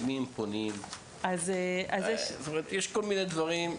למי הם פונים כדי לדעת את זה?